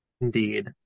Indeed